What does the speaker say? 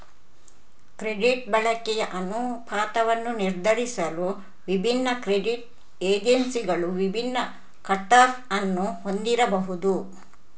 credit ಬಳಕೆಯ ಅನುಪಾತವನ್ನು ನಿರ್ಧರಿಸಲು ವಿಭಿನ್ನ ಕ್ರೆಡಿಟ್ ಏಜೆನ್ಸಿಗಳು ವಿಭಿನ್ನ ಕಟ್ ಆಫ್ ಅನ್ನು ಹೊಂದಿರಬಹುದು